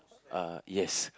uh yes